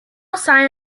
sign